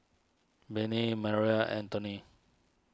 Bennie Marie Antony